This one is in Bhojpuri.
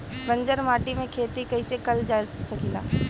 बंजर माटी में खेती कईसे कईल जा सकेला?